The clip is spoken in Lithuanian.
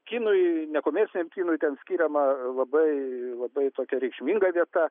kinui nekomerciniam kinui ten skiriama labai labai tokia reikšminga vieta